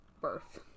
birth